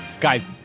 Guys